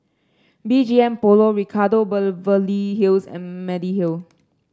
B G M Polo Ricardo Beverly Hills and Mediheal